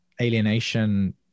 alienation